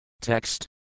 Text